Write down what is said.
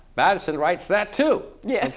madison writes that, too. yeah